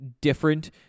different